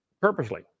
Purposely